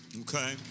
okay